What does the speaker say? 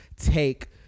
take